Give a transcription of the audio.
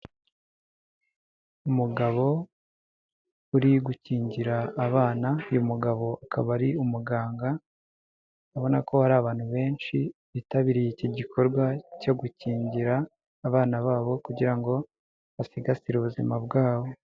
Umugabo uri gukingira abana uyu mugabo akaba ari umuganga, urabona ko hari abantu benshi bitabiriye iki gikorwa cyo gukingira abana babo kugira ngo basigasire ubuzima bwabo.